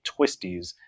twisties